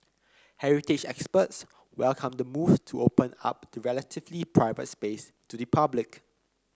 heritage experts welcomed the move to open up the relatively private space to the public